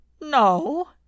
No